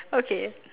okay